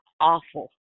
awful